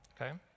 Okay